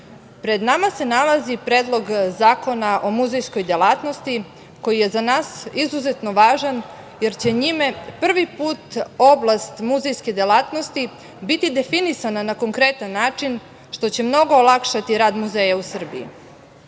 pred nama se nalazi Predlog zakona o muzejskoj delatnosti koji je za nas izuzetno važan jer će njime prvi put oblast muzejske delatnosti biti definisan na konkretan način, što će mnogo olakšati rad muzeja u Srbiji.S